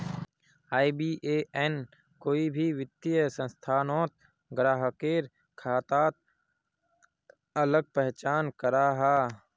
IBAN कोई भी वित्तिय संस्थानोत ग्राह्केर खाताक अलग पहचान कराहा